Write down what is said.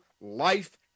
life